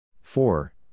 Four